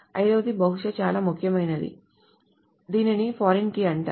ఐదవది బహుశా చాలా ముఖ్యమైనది ఐదవది ముఖ్యమైనది దీనిని ఫారిన్ కీ అంటారు